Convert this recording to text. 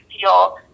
feel